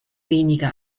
wenige